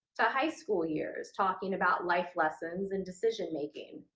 high school years talking about life lessons in decision-making.